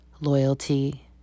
loyalty